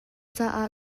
caah